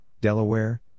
Delaware